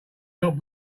help